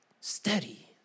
steady